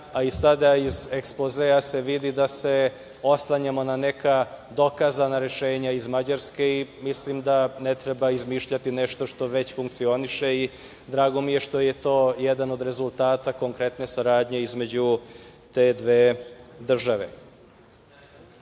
a i sada iz ekspozea se vidi da se oslanjamo na neka dokazana rešenja iz Mađarske. Mislim da ne treba izmišljati nešto što već funkcioniše. Drago mi je što je to jedan od rezultata konkretne saradnje između te dve države.